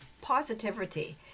positivity